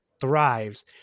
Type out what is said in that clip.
thrives